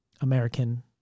American